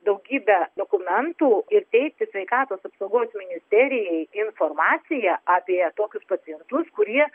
daugybę dokumentų ir teikti sveikatos apsaugos ministerijai informaciją apie tokius pacientus kurie